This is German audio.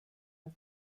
das